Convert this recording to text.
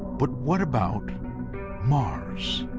but what about mars?